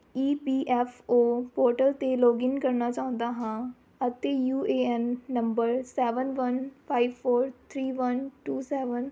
ਈ P F O portal 'ਤੇ login ਕਰਨਾ ਚਾਹੁੰਦਾ ਹਾਂ ਅਤੇ U A N number seven one five four three one two seven